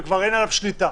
וכבר אין עליו שליטה,